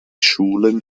schulen